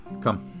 Come